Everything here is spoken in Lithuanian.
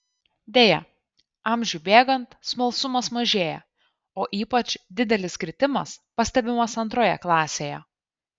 deja amžiui bėgant smalsumas mažėja o ypač didelis kritimas pastebimas antroje klasėje